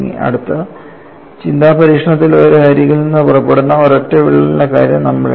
അടുത്ത ചിന്താ പരീക്ഷണത്തിൽ ഒരു അരികിൽ നിന്ന് പുറപ്പെടുന്ന ഒരൊറ്റ വിള്ളലിന്റെ കാര്യം നമ്മൾ എടുത്തു